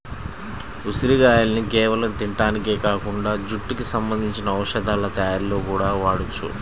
ఉసిరిగాయల్ని కేవలం తింటానికే కాకుండా జుట్టుకి సంబంధించిన ఔషధాల తయ్యారీలో గూడా వాడొచ్చు